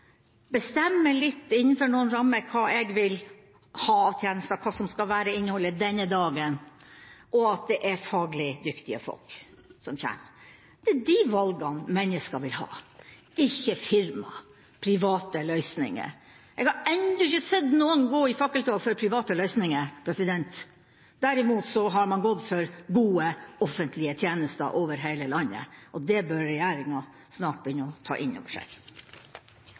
bestemme litt innenfor noen rammer hva jeg vil ha av tjenester, hva som skal være innholdet denne dagen, og at det er faglig dyktige folk som kommer. Det er de valgene mennesker vil ha. Det er ikke firma, private løsninger. Jeg har ennå ikke sett noen gå i fakkeltog for private løsninger. Derimot har man gått for gode offentlige tjenester over hele landet, og det bør regjeringa snart begynne å ta inn over seg.